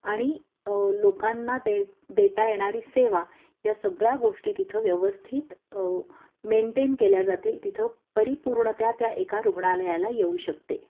आणि लोकांना दे देता येणारी सेवा या सगळ्या गोष्टी तिथं व्यवस्थित मेंटेन केल्या जातील तिथं परिपूर्ण त्या त्या एका रुग्णालयाला येऊ शकते